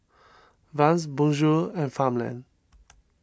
Vans Bonjour and Farmland